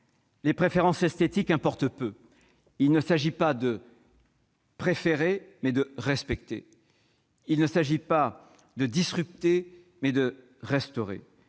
les préférences esthétiques importent peu : il s'agit non pas de préférer, mais de respecter ; il s'agit non pas de « disrupter », mais de restaurer.